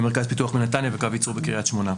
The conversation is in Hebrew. מרכז פיתוח בנתניה וקו ייצור בקרית שמונה.